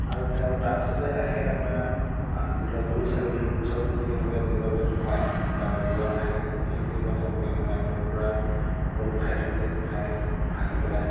আৰু তেওঁ তাৰপাছতে আহে আপোনাৰ যিবিলাক গৰু ছাগলী গৰু ছাগলী যদি কেনেবাকে জেওৰাৰ ভিতৰত সোমায় বা জেওৰা নাথাকিলে সেই খেতিডৰাত তেওঁলোকে সোমাই এফালৰ পৰা সকলো খাই থৈ যায় খাই ভাঙি পেলায়